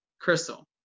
Crystal